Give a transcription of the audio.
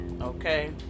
okay